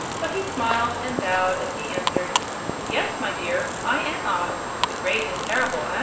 but he smiled and bowed as he answered yes, my dear i am oz, the great and terrible. ah?